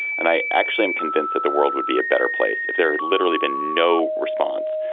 and i actually am convinced that the world would be a better place if there had literally been no response.